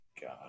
god